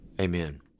Amen